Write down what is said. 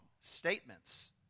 statements